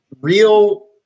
real